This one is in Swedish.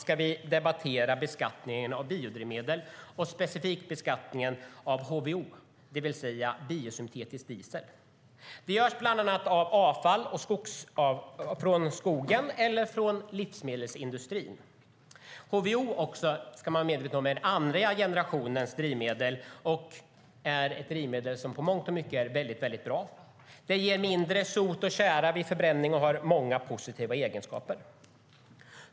I dag debatterar vi beskattningen av biodrivmedel och specifikt beskattningen av HVO, det vill säga biosyntetisk diesel. Den görs bland annat av avfall från skogs eller livsmedelsindustri. HVO är ett andra generationens drivmedel som i mångt och mycket är väldigt bra. Det ger mindre sot och tjära vid förbränning och har många positiva egenskaper.